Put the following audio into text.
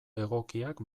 egokiak